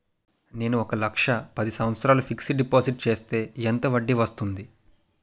నేను ఒక లక్ష పది సంవత్సారాలు ఫిక్సడ్ డిపాజిట్ చేస్తే ఎంత వడ్డీ వస్తుంది?